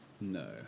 no